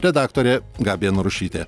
redaktorė gabija narušytė